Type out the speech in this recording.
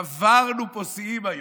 שברנו פה שיאים היום.